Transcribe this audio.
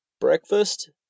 breakfast